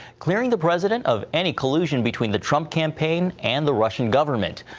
clearing the president of any collusion between the trump campaign and the russian government.